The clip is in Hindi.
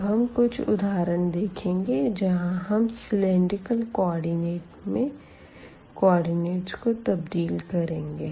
अब हम कुछ उदाहरण देखेंगे जहां हम सिलेंडरिकल कोऑर्डिनेट में कोऑर्डिनेट को तब्दील करेंगे